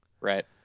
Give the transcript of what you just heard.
Right